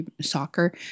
soccer